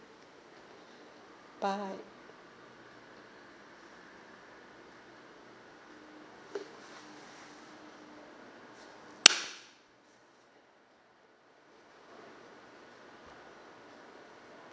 bye